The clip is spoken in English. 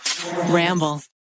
Ramble